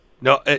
No